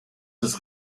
des